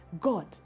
god